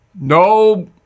No